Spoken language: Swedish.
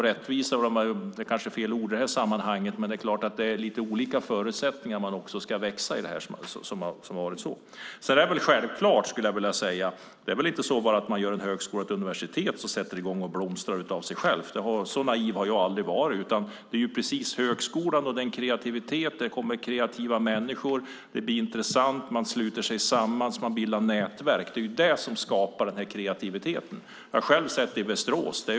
Rättvisa är kanske fel ord i sammanhanget, men det är klart att det är lite olika förutsättningar att växa. Självklart är det inte så, skulle jag vilja säga, att högskolor och universitet börjar blomstra av sig själva. Så naiv att jag trott det har jag aldrig varit. Det är på högskolor med kreativitet och kreativa människor som det blir intressant. Man sluter sig samman och bildar nätverk. Det är sådant som skapar kreativitet. Jag har själv sett det i Västerås.